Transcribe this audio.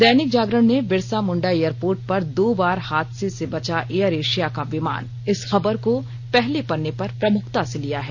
दैनिक जागरण ने बिरसा मुण्डा एयरपोर्ट पर दो बार हादसे से बचा एयर एशिया का विमान इस खबर को पहले पन्ने पर प्रमुखता से लिया है